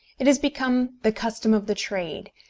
it has become the custom of the trade,